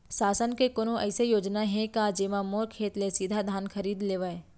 शासन के कोनो अइसे योजना हे का, जेमा मोर खेत ले सीधा धान खरीद लेवय?